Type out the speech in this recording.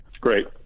Great